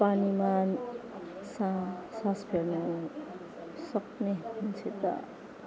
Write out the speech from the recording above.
पानीमा सा सास फेर्नुसक्ने मान्छे त